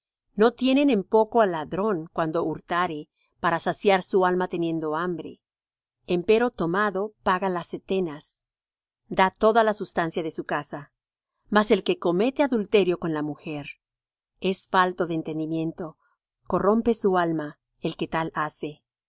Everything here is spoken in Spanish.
no tienen en poco al ladrón cuando hurtare para saciar su alma teniendo hambre empero tomado paga las setenas da toda la sustancia de su casa mas el que comete adulterio con la mujer es falto de entendimiento corrompe su alma el que tal hace